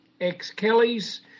ex-Kelly's